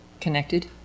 connected